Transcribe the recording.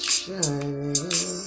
shining